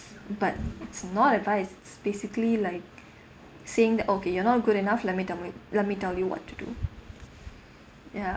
but it's not advice it's basically like saying that okay you're not good enough let me tell me let me tell you what to do ya